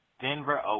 Denver